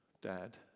Dad